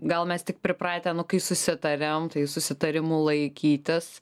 gal mes tik pripratę nu kai susitariam tai susitarimų laikytis